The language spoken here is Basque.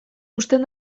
husten